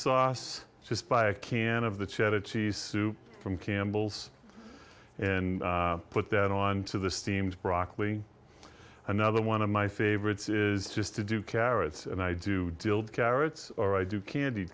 sauce just buy a can of the cheddar cheese soup from campbell's and put that on to the steamed broccoli another one of my favorites is just to do carrots and i do deal carrots or i do candy